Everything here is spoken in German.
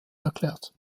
erklärt